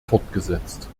fortgesetzt